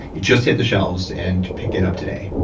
it just hit the shelves, and pick it up today